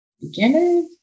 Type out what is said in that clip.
beginners